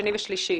שני ושלישי.